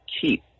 keep